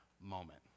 moment